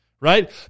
Right